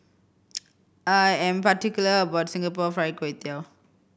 I am particular about Singapore Fried Kway Tiao